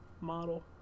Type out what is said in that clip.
model